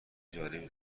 جالبی